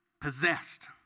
possessed